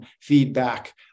feedback